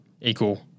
equal